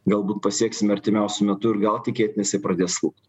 galbūt pasieksime artimiausiu metu ir gal tikėtina jisai pradės slūgt